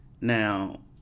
Now